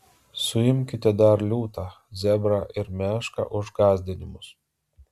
suimkite dar liūtą zebrą ir mešką už gąsdinimus